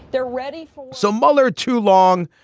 they're ready so mueller too long.